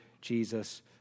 Jesus